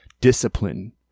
discipline